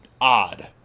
Odd